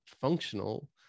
functional